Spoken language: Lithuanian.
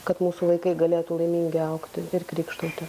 kad mūsų vaikai galėtų laimingi augti ir krykštauti